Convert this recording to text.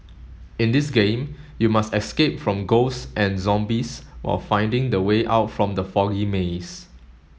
in this game you must escape from ghosts and zombies while finding the way out from the foggy maze